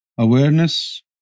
Awareness